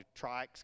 trikes